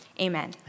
Amen